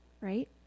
right